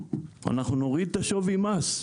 אנחנו נוריד את שווי המס".